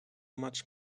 much